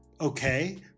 okay